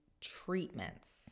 treatments